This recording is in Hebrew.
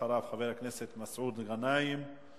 אחריו, חבר הכנסת מסעוד גנאים,